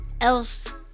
else